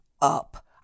up